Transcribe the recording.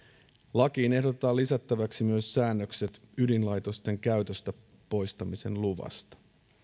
lakiin ehdotetaan lisättäväksi myös säännökset ydinlaitosten käytöstä poistamisen luvasta